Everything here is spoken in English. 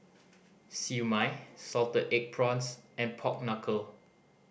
Siew Mai salted egg prawns and pork knuckle